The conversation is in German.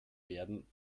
werden